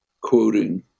quoting